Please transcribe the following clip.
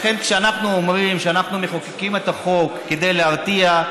לכן כשאנחנו אומרים שאנחנו מחוקקים את החוק כדי להרתיע,